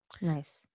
Nice